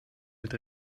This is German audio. mit